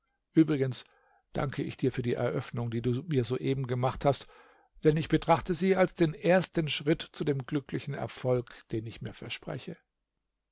übrigens danke ich dir für die eröffnung die du mir soeben gemacht hast denn ich betrachte sie als den ersten schritt zu dem glücklichen erfolg den ich mir verspreche